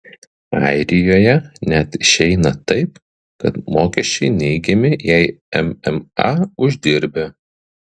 airijoje net išeina taip kad mokesčiai neigiami jei mma uždirbi